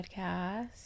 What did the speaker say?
podcast